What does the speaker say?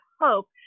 hope